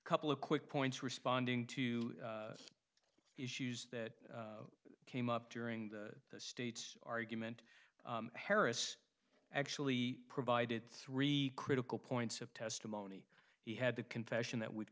couple of quick points responding to issues that came up during the state's argument harris actually provided three critical points of testimony he had the confession that we've